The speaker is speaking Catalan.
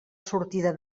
sortida